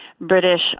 British